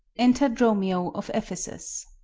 enter dromio of ephesus